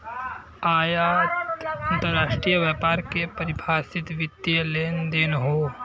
आयात अंतरराष्ट्रीय व्यापार के परिभाषित वित्तीय लेनदेन हौ